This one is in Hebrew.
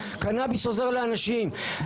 קנביס עוזר לאנשים.